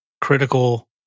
critical